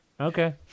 Okay